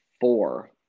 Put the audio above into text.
four